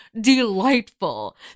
delightful